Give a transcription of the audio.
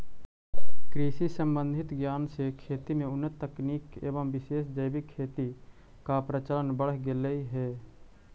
कृषि संबंधित ज्ञान से खेती में उन्नत तकनीक एवं विशेष जैविक खेती का प्रचलन बढ़ गेलई हे